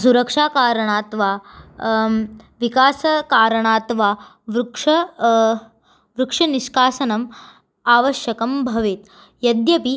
सुरक्षाकारणात् वा विकासकारणात् वा वृक्ष वृक्षनिष्कासनम् आवश्यकं भवेत् यद्यपि